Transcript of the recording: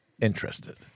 interested